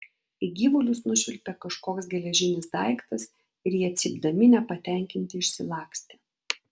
į gyvulius nušvilpė kažkoks geležinis daiktas ir jie cypdami nepatenkinti išsilakstė